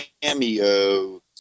cameo